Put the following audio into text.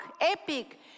epic